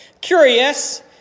Curious